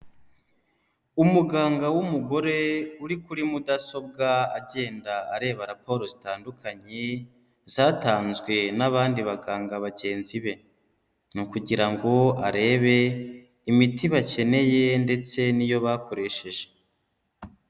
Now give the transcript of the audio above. Umuganga w'umugore uri kuri mudasobwa agenda areba raporo zitandukanye, zatanzwe n'abandi baganga bagenzi be, ni ukugira ngo arebe imiti bakeneye ndetse n'iyo bakoresheje.